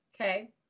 okay